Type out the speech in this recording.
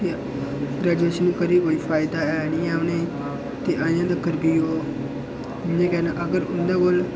ते ग्रेजूएशन करियै कोई फायदा ऐ निं ऐ उ'नेईं ते अ जें तगर बी ओह् लेबर गै न अगर उं'दे कोल